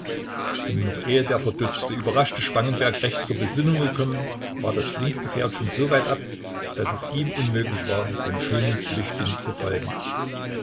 und noch ehe der verdutzte überraschte spangenberg recht zur besinnung gekommen war das flinke gefährt schon so weit ab daß es ihm unmöglich war dem schönen flüchtling zu folgen